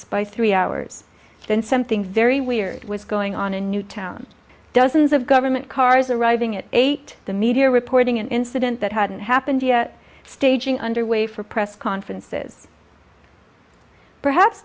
by three hours then something very weird was going on in new towns dozens of government cars arriving at eight the media reporting an incident that hadn't happened yet staging underway for press conferences perhaps